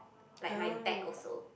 like my back also